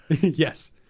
Yes